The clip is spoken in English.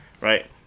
Right